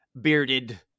bearded